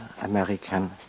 American